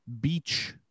beach